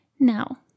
Now